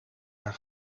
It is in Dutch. haar